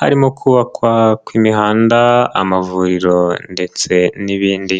harimo kubakwa kw'imihanda, amavuriro ndetse n'ibindi.